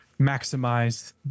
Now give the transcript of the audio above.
maximize